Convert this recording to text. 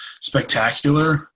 spectacular